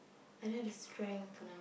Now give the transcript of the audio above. I don't have the strength for now